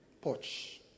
porch